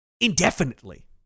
Indefinitely